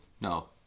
No